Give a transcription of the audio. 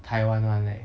taiwan one leh